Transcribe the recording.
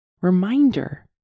Reminder